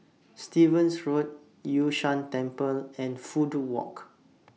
Stevens Road Yun Shan Temple and Fudu Walk